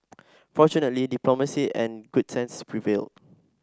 fortunately diplomacy and good sense prevailed